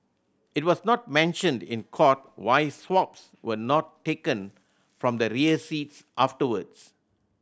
it was not mentioned in court why swabs were not taken from the rear seats afterwards